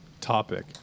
topic